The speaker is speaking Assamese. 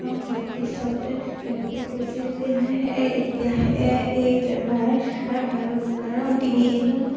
হোৱাৰ পিছতে তেওঁলোকে কৈছিল যে এতিয়াহে এই বেমাৰ ভাল হ'ব কাৰণ তিনিদিনত